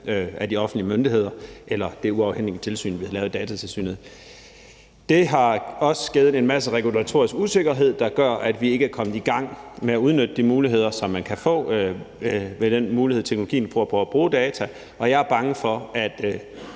af de offentlig myndigheder eller det uafhængige tilsyn, vi har lavet, Datatilsynet. Det har også givet en masse regulatorisk usikkerhed, der gør, at vi ikke er i gang med at udnytte de muligheder, man kan få med teknologien i forhold til at bruge data, og jeg er bange for, at